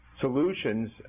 solutions